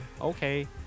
Okay